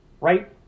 right